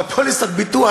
אבל פוליסת ביטוח,